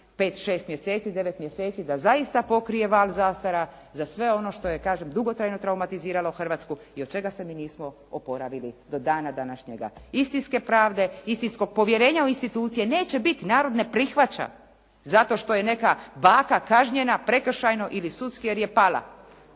šest mjeseci, devet mjeseci da zaista pokrije val zastara za sve ono što je kažem dugotrajno traumatiziralo Hrvatsku i od čega se mi nismo oporavili do dana današnjega, istinske pravde. Povjerenja u institucije neće biti, narod ne prihvaća zato što je neka baka kažnjena prekršajno ili sudski jer je pala.